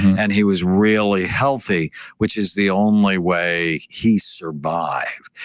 and he was really healthy which is the only way he survived.